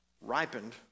ripened